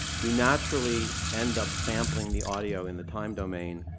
you naturally end up sampling the audio in the time domain